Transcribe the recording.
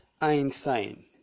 Einstein